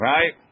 Right